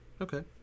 Okay